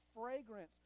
fragrance